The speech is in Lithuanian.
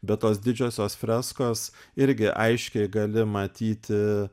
bet tos didžiosios freskos irgi aiškiai gali matyti